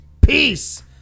Peace